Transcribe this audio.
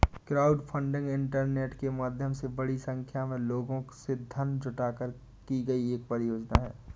crowdfunding internet के माध्यम से बड़ी संख्या में लोगों से धन जुटाकर की गई एक परियोजना है